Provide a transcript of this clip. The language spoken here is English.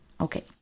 Okay